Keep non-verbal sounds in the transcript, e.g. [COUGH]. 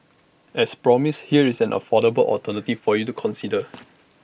as promised here is an affordable alternative for you to consider [NOISE]